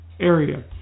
area